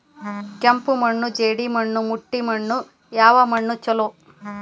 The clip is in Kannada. ಕೆಂಪು ಮಣ್ಣು, ಜೇಡಿ ಮಣ್ಣು, ಮಟ್ಟಿ ಮಣ್ಣ ಯಾವ ಮಣ್ಣ ಛಲೋ?